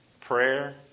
prayer